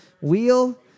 wheel